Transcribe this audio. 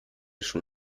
schon